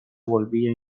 volvía